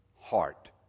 heart